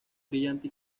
brillante